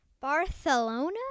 Barcelona